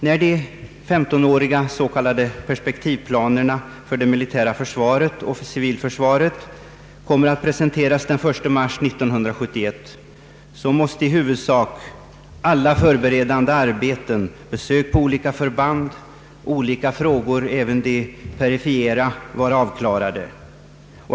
När de 15-åriga s.k. perspektivplanerna för det militära försvaret och för civilförsvaret kommer att presenteras den 1 mars 1971, måste i huvudsak alla förberedande arbeten — besök vid olika förband och andra frågor, även de perifera — vara utförda.